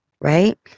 right